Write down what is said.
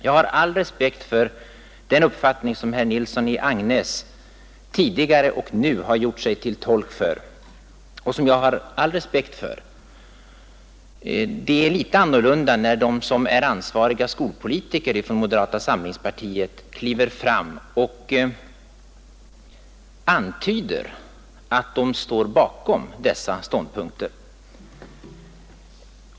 Jag har all respekt för den uppfattning som herr Nilsson i Agnäs tidigare och nu gjort sig till tolk för. Men det är lite annorlunda när de som är ansvariga skolpolitiker från moderata samlingspartiet kliver fram och antyder att de står bakom dessa ståndpunkter.